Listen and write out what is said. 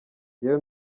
njyewe